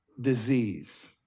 disease